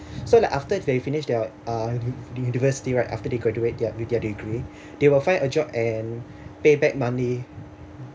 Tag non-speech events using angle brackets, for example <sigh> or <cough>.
so like after they finished their uh the university right after they graduate their with their degree <breath> they will find a job and pay back money